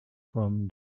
from